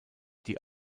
die